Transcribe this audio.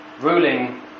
ruling